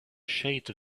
shades